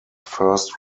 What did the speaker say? first